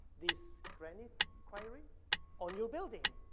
this granite quarry on your building.